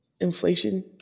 inflation